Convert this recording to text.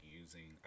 using